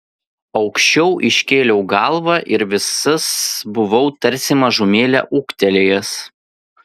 aukščiau iškėliau galvą ir visas buvau tarsi mažumėlę ūgtelėjęs